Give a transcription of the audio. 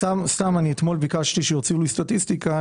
אתמול ביקשתי שיוציאו לי סטטיסטיקה.